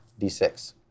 D6